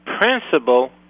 Principle